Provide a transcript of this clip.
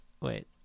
Wait